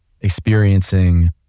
experiencing